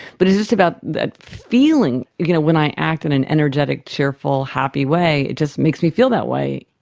but its just about that feeling, you know, when i act in an energetic, cheerful, happy way it just makes me feel that way.